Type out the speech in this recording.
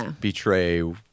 betray